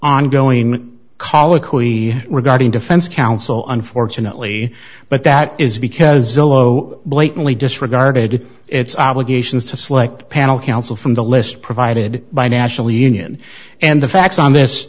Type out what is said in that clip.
colloquy regarding defense counsel unfortunately but that is because blatantly disregarded its obligations to select panel counsel from the list provided by national union and the facts on this